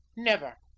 never.